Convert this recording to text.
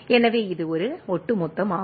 எனவே இது ஒரு ஒட்டுமொத்தமாகும்